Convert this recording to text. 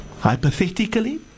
Hypothetically